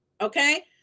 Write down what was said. Okay